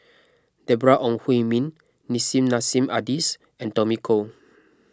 Deborah Ong Hui Min Nissim Nassim Adis and Tommy Koh